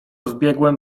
zbiegłem